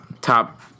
top